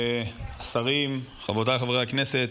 השרים, חבריי חברי הכנסת,